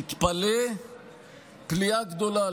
אני מתפלא פליאה גדולה.